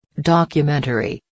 Documentary